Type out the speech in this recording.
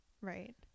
right